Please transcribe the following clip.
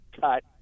cut